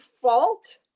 fault